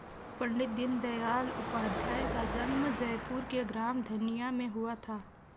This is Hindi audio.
पण्डित दीनदयाल उपाध्याय का जन्म जयपुर के ग्राम धनिया में हुआ था